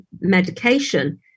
medication